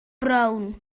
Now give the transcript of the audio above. brown